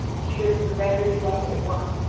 either surrender to us at once,